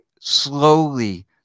slowly